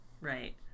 Right